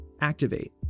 Activate